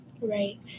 right